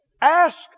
Ask